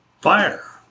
Fire